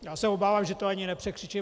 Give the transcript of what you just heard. Já se obávám, že to ani nepřekřičím.